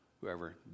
whoever